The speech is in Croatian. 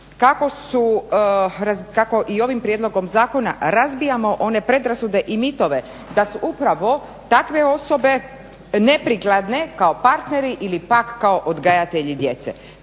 kako i ovim prijedlogom zakona razbijamo one predrasude i mitove da su upravo takve osobe neprikladne kao partneri ili pak kao odgajatelji djece.